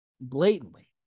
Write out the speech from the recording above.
Blatantly